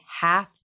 half